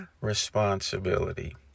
responsibility